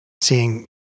seeing